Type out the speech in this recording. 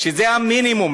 שזה המינימום.